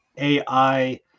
ai